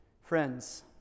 Friends